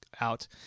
out